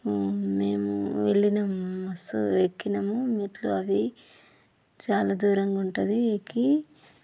మేము వెళ్ళినం బస్ ఎక్కినాము మెట్లు అవి చాలా దూరంగా ఉంటుంది ఎక్కి